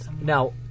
Now